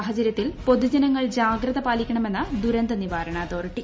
സാഹചരൃത്തിൽ പൊതുജനങ്ങൾ ജാഗ്രത പാലിക്കണമെന്ന് ദുരന്ത നിവാരണ അതോറിറ്റി